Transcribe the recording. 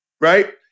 Right